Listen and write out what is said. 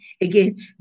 again